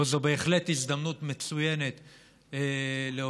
וזאת בהחלט הזדמנות מצוינת להודות,